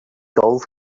golf